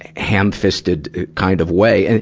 and ham-fisted kind of way. and